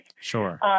Sure